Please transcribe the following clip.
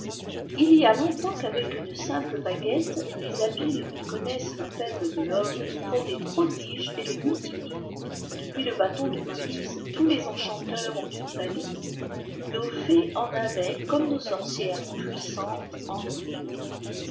il y a longtemps qu'avec une simple baguette les habiles qui connaissent le faible de l'homme font des prodiges et les multi plient depuis le bâton de moïse tous les enchanteurs ont une baguette nos fées en avaient comme nos sorcières puissantes en